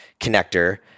connector